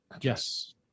Yes